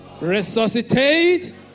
resuscitate